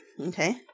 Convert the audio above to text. Okay